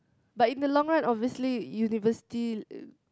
but in the long run obviously university